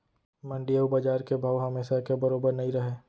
मंडी अउ बजार के भाव हमेसा एके बरोबर नइ रहय